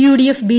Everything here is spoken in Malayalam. UDF B